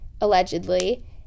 allegedly